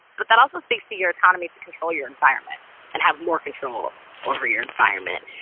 but that also speaks to your autonomy to control your environment and have more control over your environment.